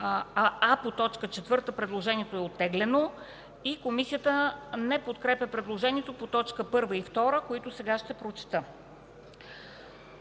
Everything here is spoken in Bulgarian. а по т. 4 предложението е оттеглено, и не подкрепя предложението по точки 1 и 2, които сега ще прочета: